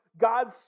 God's